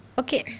okay